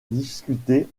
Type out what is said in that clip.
discuter